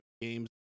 games